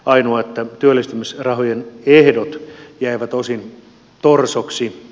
ainoa että työllistämisrahojen ehdot jäivät osin torsoksi